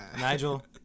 Nigel